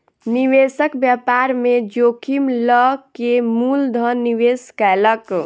निवेशक व्यापार में जोखिम लअ के मूल धन निवेश कयलक